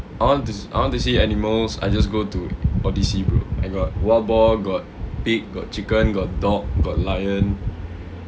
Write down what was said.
I want to I want to see animals I just go to odyssey bro I got wild boar got pig got chicken got dog got lion